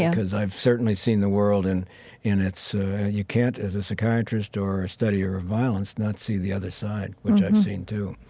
because i've certainly seen the world and in its you can't as a psychiatrist or a studier of violence not see the other side mm-hmm which i've seen too